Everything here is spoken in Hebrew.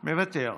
מוותר,